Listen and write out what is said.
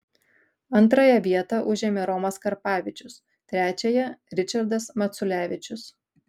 antrąją vietą užėmė romas karpavičius trečiąją ričardas maculevičius